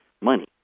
money